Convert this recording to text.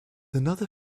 another